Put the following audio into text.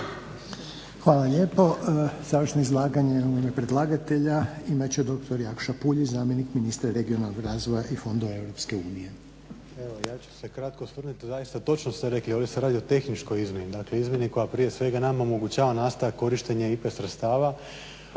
Hvala lijepa. Završno izlaganje u ime predlagatelja imat će doktor Jakša Puljiz, zamjenik ministra regionalnog razvoja i fondova Europske unije. **Puljiz, Jakša** Evo ja ću se kratko osvrnuti. Zaista točno ste rekli, ovdje se radi o tehničkoj izmjeni, dakle izmjeni koja prije svega nama omogućava nastavak korištenja IPA sredstava,